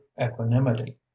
equanimity